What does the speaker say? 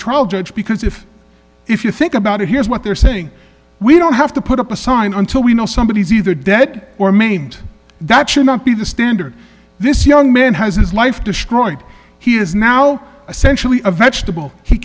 trial judge because if if you think about it here's what they're saying we don't have to put up a sign until we know somebody is either dead or maimed that should not be the standard this young man has his life destroyed he is now essentially a vegetable he